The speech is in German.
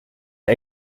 der